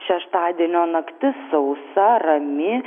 šeštadienio naktis sausa rami